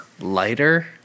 lighter